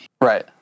Right